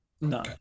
No